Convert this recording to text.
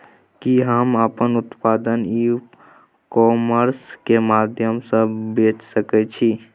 कि हम अपन उत्पाद ई कॉमर्स के माध्यम से बेच सकै छी?